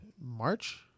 March